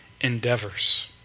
endeavors